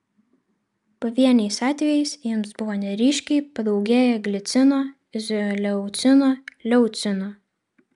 pavieniais atvejais jiems buvo neryškiai padaugėję glicino izoleucino leucino